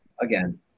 Again